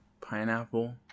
pineapple